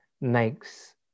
makes